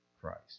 Christ